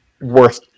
worth